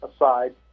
aside